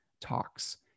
talks